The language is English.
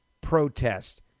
protest